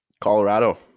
Colorado